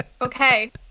Okay